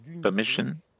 permission